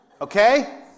okay